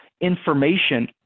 information